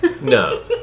no